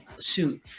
shoot